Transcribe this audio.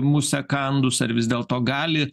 musę kandus ar vis dėlto gali